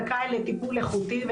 זכאי לטיפול איכותי.